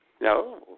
No